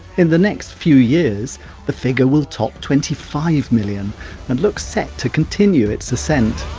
in the next few years the figure will top twenty five million and looks set to continue its ascent.